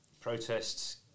protests